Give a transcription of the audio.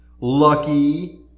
lucky